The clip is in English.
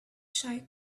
shy